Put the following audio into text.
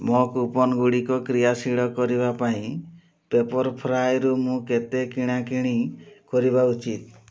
ମୋ କୁପନ୍ଗୁଡ଼ିକ କ୍ରିୟାଶୀଳ କରିବା ପାଇଁ ପେପର୍ଫ୍ରାଏରୁ ମୁଁ କେତେ କିଣାକିଣି କରିବା ଉଚିତ